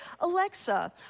Alexa